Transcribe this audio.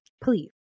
Please